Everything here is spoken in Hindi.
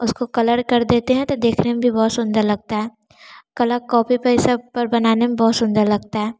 उसको कलर कर देते हैं तो देखने में भी बहुत सुंदर लगता है कलर कॉपी पर यह सब पर बनाने में बहुत सुंदर लगता है